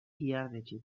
ihardetsi